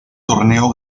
torneo